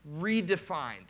redefined